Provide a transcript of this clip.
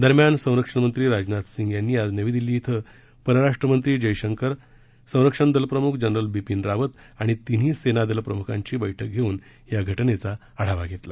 दरम्यान संरक्षण मंत्री राजनाथ सिंग यांनी आज नवी दिल्ली इथं परराष्ट्र मंत्री जयशंकर संरक्षण दल प्रमुख जनरल बिपिन रावत आणि तिन्ही सेना दल प्रमुखांची बैठक घेऊन या घटनेचा आढावा घेतला